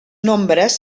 nombres